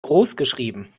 großgeschrieben